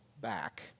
back